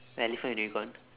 elephant and unicorn